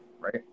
right